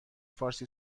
فارسی